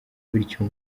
bityo